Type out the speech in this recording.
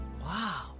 Wow